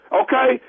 okay